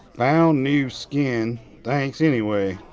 found new skin thanks anyway.